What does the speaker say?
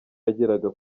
yageraga